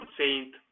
saint